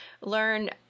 learn